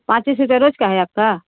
पाँचे सौ रुपिया रोज़ का है आपका